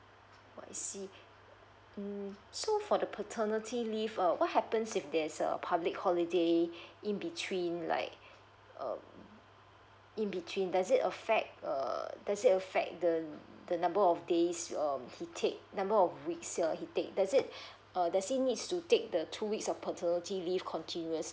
oh I see mm so for the paternity leave err what happens if there's a public holiday in between like um in between does it affect uh does it affect the um the number of days um he take number of weeks um he take does it uh does he need to take the two weeks of paternity leave continuously